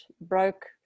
broke